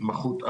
התמחות על,